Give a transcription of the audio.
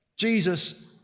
Jesus